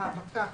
האבקה,